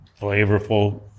flavorful